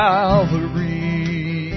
Calvary